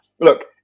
look